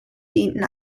dienten